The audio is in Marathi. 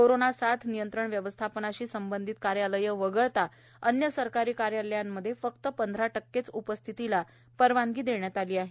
कोरोना साथ नियंत्रण व्यवस्थापनाशी संबंधित कार्यालयं वगळता अन्य सरकारी कार्यालयांमध्ये फक्त पंधरा टक्केच उपस्थितीला परवानगी देण्यात आली आहे